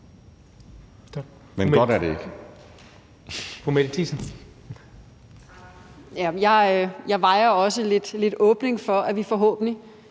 Men godt er det ikke.